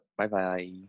Bye-bye